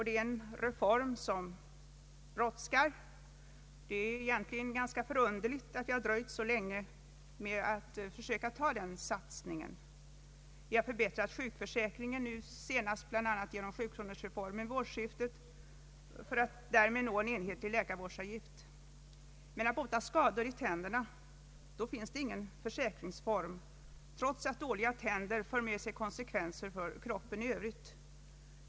Det är en reform som brådskar. Det är egentligen ganska förunderligt att man har dröjt så länge med den satsningen. Vi har förbättrat sjukförsäkringen, bl.a. med sjukronorsreformen vid årsskiftet för att därmed nå en enhetlig läkarvårdsavgift. Men när det gäller att bota skador i tänderna finns det ingen försäkringsform, trots att dåliga tänder för med sig konsekvenser för kroppen i Övrigt.